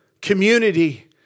community